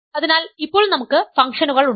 അതിനാൽ ഇപ്പോൾ നമുക്ക് ഫംഗ്ഷനുകൾ ഉണ്ട്